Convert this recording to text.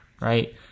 right